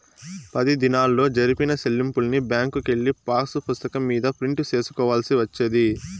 పది దినాల్లో జరిపిన సెల్లింపుల్ని బ్యాంకుకెళ్ళి పాసుపుస్తకం మీద ప్రింట్ సేసుకోవాల్సి వచ్చేది